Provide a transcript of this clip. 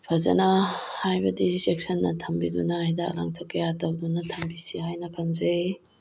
ꯐꯖꯅ ꯍꯥꯏꯕꯗꯤ ꯆꯦꯛꯁꯤꯟꯅ ꯊꯝꯕꯤꯗꯨꯅ ꯍꯤꯗꯥꯛ ꯂꯥꯡꯊꯛ ꯀꯌꯥ ꯇꯧꯗꯨꯅ ꯊꯝꯕꯤꯁꯤ ꯍꯥꯏꯅ ꯈꯟꯖꯩ